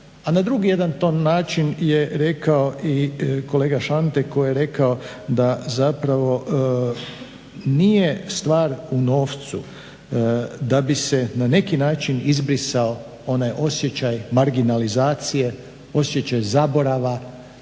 a na drugi jedan to način je rekao i kolega Šantek koji je rekao da zapravo nije stvar u novcu da bi se na neki način izbrisao onaj osjećaj marginalizacije, osjećaj zaborava